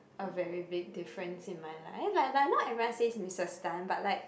a very big different in my life lalala am I say Missus Tan but like